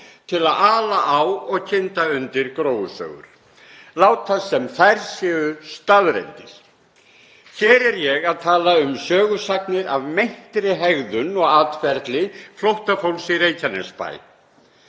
til að ala á og kynda undir gróusögur, láta sem þær séu staðreyndir. Hér er ég að tala um sögusagnir af meintri hegðun og atferli flóttafólks í Reykjanesbæ